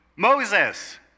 Moses